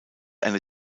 eine